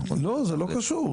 זה לא קשור.